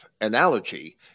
analogy